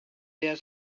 their